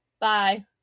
Bye